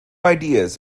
ideas